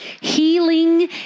Healing